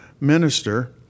minister